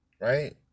right